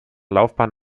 laufbahn